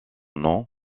nom